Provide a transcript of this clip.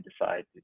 decide